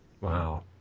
Wow